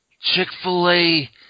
Chick-fil-A